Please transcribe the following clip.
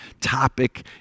topic